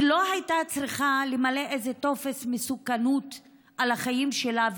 היא לא הייתה צריכה למלא איזה טופס מסוכנות על החיים שלה,